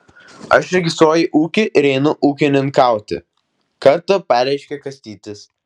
aš registruoju ūkį ir einu ūkininkauti kartą pareiškė kastytis